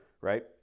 right